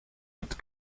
het